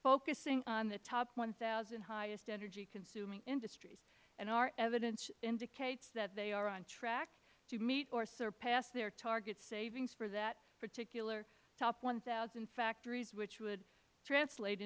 focusing on the top one thousand highest energy consuming industries and our evidence indicates that they are on track to meet or surpass their target savings for that particular top one thousand factories which would translate